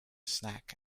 snack